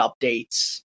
updates